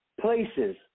places